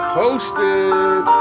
posted